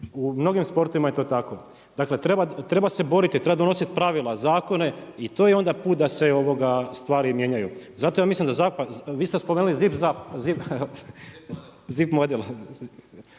u mnogim sportovima je to tako. Dakle treba se boriti, treba donositi pravila, zakone i to je onda put da se stvari mijenjaju. Vi ste spomenuli ZIP model,